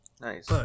Nice